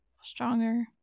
stronger